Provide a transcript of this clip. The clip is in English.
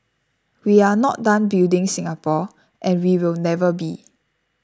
we are not done building Singapore and we will never be